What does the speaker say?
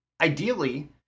ideally